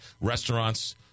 Restaurants